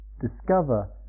discover